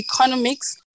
economics